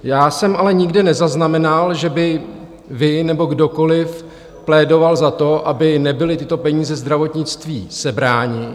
Já jsem ale nezaznamenal, že byste vy nebo kdokoli plédoval za to, aby nebyly tyto peníze zdravotnictví sebrány.